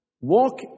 walk